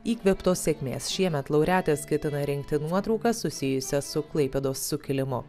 įkvėptos sėkmės šiemet laureatės ketina rinkti nuotraukas susijusias su klaipėdos sukilimu